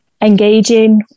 engaging